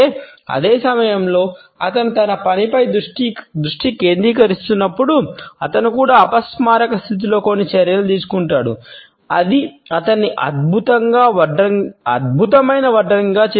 అదే సమయంలో అతను తన పనిపై దృష్టి కేంద్రీకరిస్తున్నప్పుడు అతను కూడా అపస్మారక స్థితిలో కొన్ని చర్యలు తీసుకుంటాడు అది అతన్ని అద్భుతమైన వడ్రంగిగా చేస్తుంది